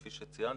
כפי שציינתי,